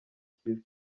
kiri